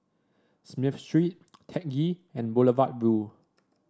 Smith Street Teck Ghee and Boulevard Vue